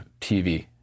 TV